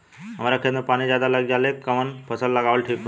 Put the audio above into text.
हमरा खेत में पानी ज्यादा लग जाले कवन फसल लगावल ठीक होई?